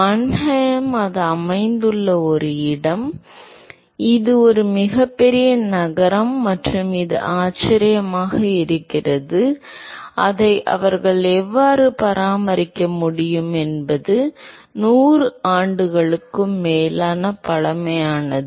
Mannheim அது அமைந்துள்ள ஒரு இடம் இது ஒரு மிகப் பெரிய நகரம் மற்றும் இது ஆச்சரியமாக இருக்கிறது அதை அவர்கள் எவ்வாறு பராமரிக்க முடிகிறது என்பது 100 ஆண்டுகளுக்கும் மேலான பழமையானது